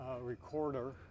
recorder